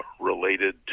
related